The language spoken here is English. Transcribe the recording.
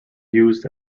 used